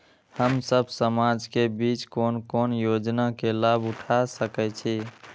हम सब समाज के बीच कोन कोन योजना के लाभ उठा सके छी?